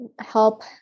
help